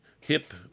hip